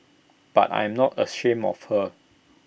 but I am not ashamed of her